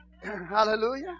hallelujah